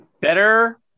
better